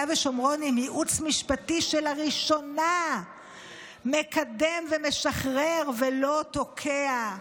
ושומרון עם ייעוץ משפטי שלראשונה משחרר ולא תוקע.